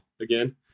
again